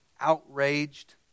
outraged